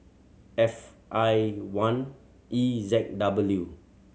F I one E Z W